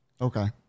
Okay